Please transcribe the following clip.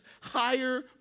higher